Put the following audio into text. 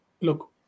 look